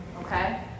okay